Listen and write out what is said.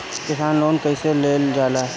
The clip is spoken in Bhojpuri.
किसान लोन कईसे लेल जाला?